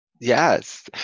Yes